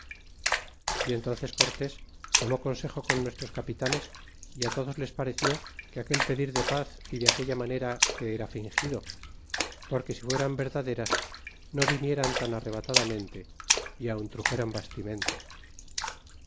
y entnces cortés tomó consejo con nuestros capitanes y á todos les pareció que aquel pedir de paz y de aquella manera que era fingido porque si fueran verdaderas no vinieran tan arrebatadamente y aun truxeran bastimento